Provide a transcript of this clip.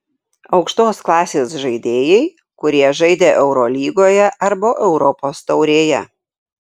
aukštos klasės žaidėjai kurie žaidė eurolygoje arba europos taurėje